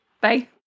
Bye